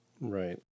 Right